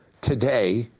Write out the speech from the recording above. today